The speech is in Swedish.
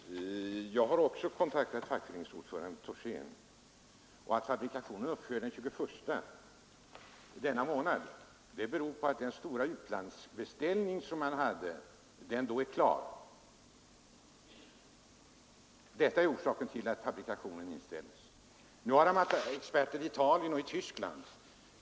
Herr talman! Jag har också kontaktat fackföreningsordföranden Thorsin, och att fabriken upphör den 21 denna månad beror på att den stora utlandsbeställning som man hade är klar då. Nu har experter varit i Italien och Tyskland.